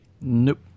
Nope